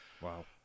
wow